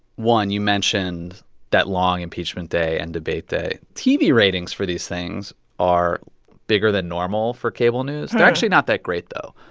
one, you mentioned that long impeachment day and debate day. tv ratings for these things are bigger than normal for cable news. they're and actually not that great, though.